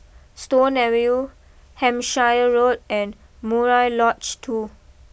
Stone Avenue Hampshire Road and Murai Lodge two